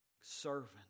servant